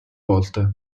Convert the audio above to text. volte